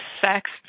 sex